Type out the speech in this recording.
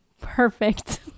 perfect